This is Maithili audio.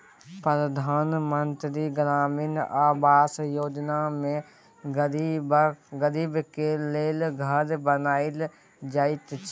परधान मन्त्री ग्रामीण आबास योजना मे गरीबक लेल घर बनाएल जाइ छै